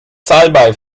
salbei